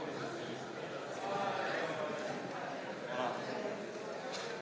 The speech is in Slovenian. Hvala